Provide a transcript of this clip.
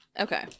Okay